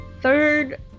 third